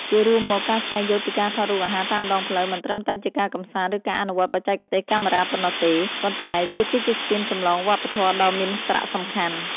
ជារួមមក ការស្វែងយល់ពីការថតរូបអាហារតាមដងផ្លូវ មិនត្រឹមតែជាការកម្សាន្ត ឬការអនុវត្តបច្ចេកទេសកាមេរ៉ាប៉ុណ្ណោះទេ ប៉ុន្តែវាគឺជាស្ពានចម្លងវប្បធម៌ដ៏មានសារៈសំខាន់។